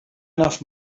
enough